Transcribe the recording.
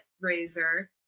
razor